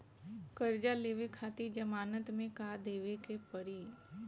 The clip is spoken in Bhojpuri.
कर्जा लेवे खातिर जमानत मे का देवे के पड़ी?